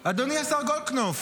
הוא --- אדוני, השר גולדקנופ,